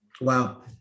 wow